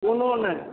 कोनो नहि